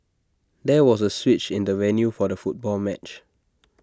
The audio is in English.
there was A switch in the venue for the football match